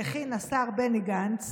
שהכין השר בני גנץ